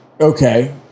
Okay